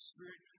Spirit